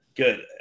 Good